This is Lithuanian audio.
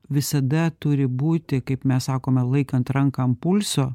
visada turi būti kaip mes sakome laikant ranką ant pulso